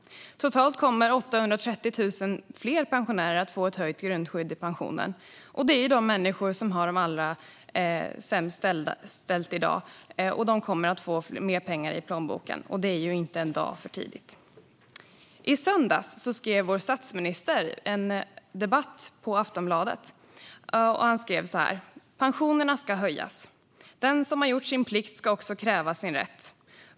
Totalt kommer 830 000 personer att få ett höjt grundskydd i pensionen. De människor som i dag har det allra sämst ställt kommer att få mer pengar i plånboken, och det är ju inte en dag för tidigt. I söndags skrev vår statsminister så här i en debattartikel i Aftonbladet: "Pensionerna ska höjas. Den som gjort sin plikt ska också kunna kräva sin rätt.